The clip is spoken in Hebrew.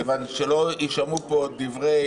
כדי שלא יישמעו פה דברי